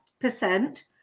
percent